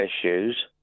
issues